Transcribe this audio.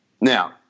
Now